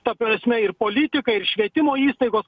ta prasme ir politikai ir švietimo įstaigos